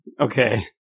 Okay